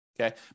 Okay